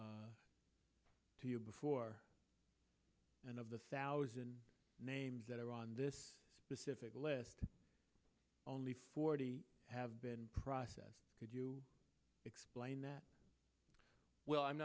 to you before and of the thousand names that are on this specific list only forty have been processed could you explain that well i'm